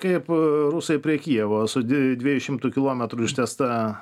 kaip rusai prie kijevo su di dviejų šimtų kilometrų ištęsta